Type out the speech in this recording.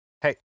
hey